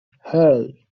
hey